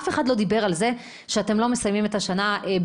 אף אחד לא דיבר על זה שאתם לא מסיימים את השעה בגרעונות,